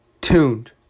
tuned